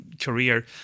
career